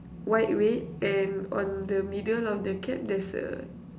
white red and on the middle of the cap there's a